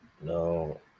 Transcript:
no